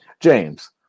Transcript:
James